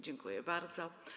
Dziękuję bardzo.